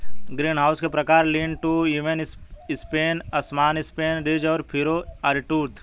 greenhouse के प्रकार है, लीन टू, इवन स्पेन, असमान स्पेन, रिज और फरो, आरीटूथ